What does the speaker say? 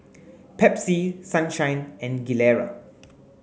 Pepsi Sunshine and Gilera